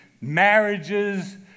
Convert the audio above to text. marriages